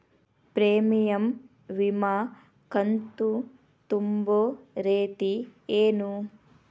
Premium ವಿಮಾ ಕಂತು ತುಂಬೋ ರೇತಿ ಏನು?